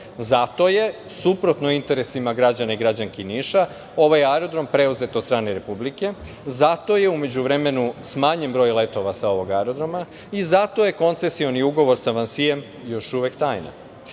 Zato je suprotno interesima građanima i građankama Niša ovaj aerodrom preuzet od strane Republike, zato je u međuvremenu smanjen broj letova sa ovog aerodroma i zato je koncesioni ugovor sa „Vansijem“ još uvek tajna. Jedino